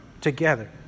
Together